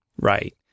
right